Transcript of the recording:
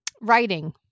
Writing